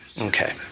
Okay